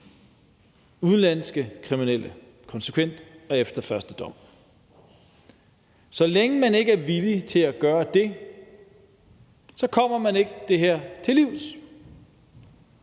udenlandske kriminelle konsekvent efter første dom. Så længe man ikke er villig til at gøre det, kommer man ikke det her til livs.